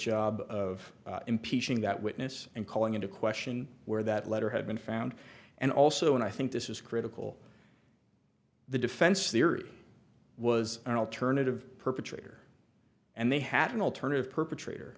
job of impeaching that witness and calling into question where that letter had been found and also and i think this is critical the defense theory was an alternative perpetrator and they had an alternative perpetrator